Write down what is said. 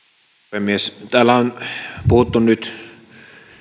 puhemies täällä on puhuttu nyt